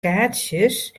kaartsjes